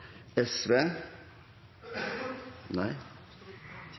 SV.